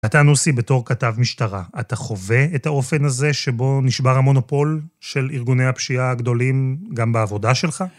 אתה נוסי בתור כתב משטרה, אתה חווה את האופן הזה שבו נשבר המונופול של ארגוני הפשיעה הגדולים גם בעבודה שלך?